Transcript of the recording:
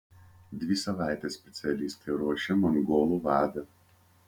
dvi savaites specialistai ruošė mongolų vadą